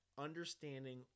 Understanding